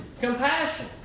compassion